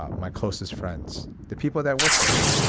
ah my closest friends, the people that work for me,